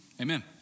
amen